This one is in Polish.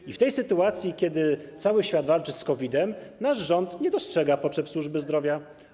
I w tej sytuacji, kiedy cały świat walczy z COVID, nasz rząd nie dostrzega potrzeb służby zdrowia.